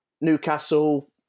Newcastle